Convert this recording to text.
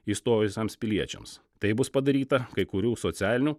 įstojusiems piliečiams tai bus padaryta kai kurių socialinių